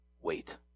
wait